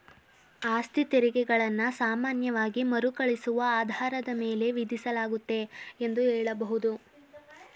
ಆಸ್ತಿತೆರಿಗೆ ಗಳನ್ನ ಸಾಮಾನ್ಯವಾಗಿ ಮರುಕಳಿಸುವ ಆಧಾರದ ಮೇಲೆ ವಿಧಿಸಲಾಗುತ್ತೆ ಎಂದು ಹೇಳಬಹುದು